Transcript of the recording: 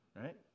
Right